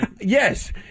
Yes